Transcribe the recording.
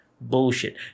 Bullshit